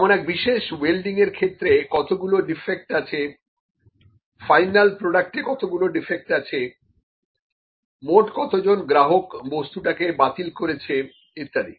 যেমন এক বিশেষ ওয়েল্ডিং এর ক্ষেত্রে কতগুলো ডিফেক্ট আছে ফাইনাল প্রডাক্ট এ কতগুলো ডিফেক্ট আছে মোট কতজন গ্রাহক বস্তুটাকে বাতিল করেছে ইত্যাদি